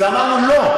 ואמרנו: לא.